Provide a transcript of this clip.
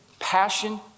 passion